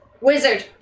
Wizard